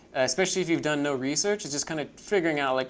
especially if you've done no research, is just kind of figuring out like,